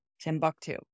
Timbuktu